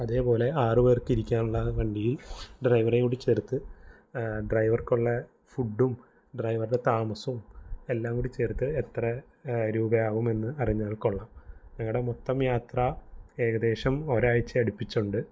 അതേപോലെ ആറുപേർക്ക് ഇരിക്കാനുള്ള വണ്ടിയിൽ ഡ്രൈവറെയും കൂടി ചേർത്ത് ഡ്രൈവർക്കുള്ള ഫുഡും ഡ്രൈവറുടെ താമസവും എല്ലാംകൂടി ചേർത്ത് എത്ര രൂപയാവുമെന്ന് അറിഞ്ഞാൽ കൊള്ളാം ഞങ്ങളുടെ മൊത്തം യാത്ര ഏകദേശം ഒരാഴ്ചയടുപ്പിച്ചുണ്ട്